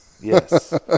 Yes